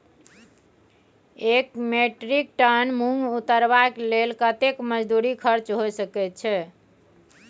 एक metric ton मूंग उतरबा के लेल कतेक मजदूरी खर्च होय सकेत छै?